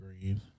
green